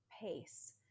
pace